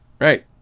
Right